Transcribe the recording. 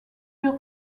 pur